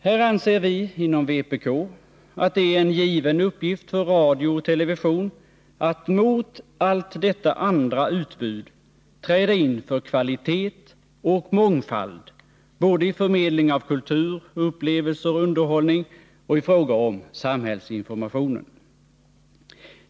Här anser vi inom vpk att det är en given uppgift för radio och television att mot allt detta andra utbud träda in för kvalitet och mångfald både i förmedling av kultur, upplevelser och underhållning och i fråga om samhällsinformationen.